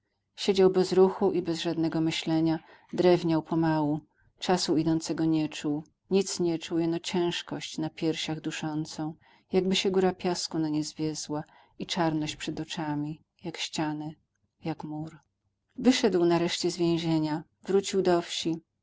siedział bez ruchu i bez żadnego myślenia drewniał pomału czasu idącego nie czuł nic nie czuł jeno ciężkość na piersiach duszącą jakby się góra piasku na nie zwiezła i czarność przed oczami jak ścianę jak mur wyszedł nareszcie z więzienia wrócił do wsi